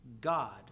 God